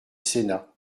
sénat